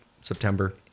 September